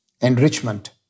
enrichment